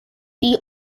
the